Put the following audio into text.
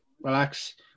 relax